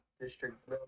district